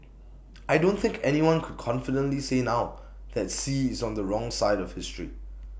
I don't think anyone could confidently say now that Xi is on the wrong side of history